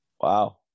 Wow